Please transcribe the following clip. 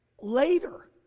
later